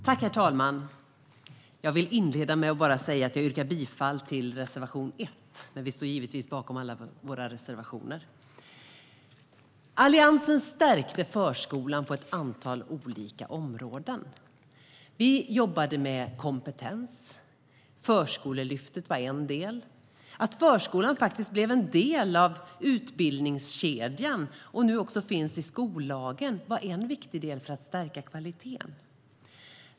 Herr talman! Jag vill inleda med att säga att jag yrkar bifall till reservation 1, men vi står givetvis bakom alla våra reservationer. Alliansen stärkte förskolan på ett antal olika områden. Vi jobbade med kompetens. Förskolelyftet var en del. Att förskolan faktiskt blev en del av utbildningskedjan och nu också finns med i skollagen var en viktig del för att stärka kvaliteten.